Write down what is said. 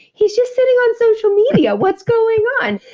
he's just sitting on social media. what's going on?